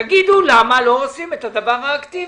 תקבלו החלטה, אתם משרד האוצר.